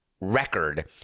record